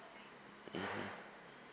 mm